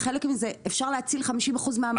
ואפשר להציל 50% מהמזון הזה.